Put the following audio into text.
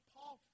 Paul